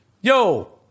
Yo